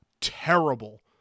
terrible